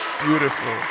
Beautiful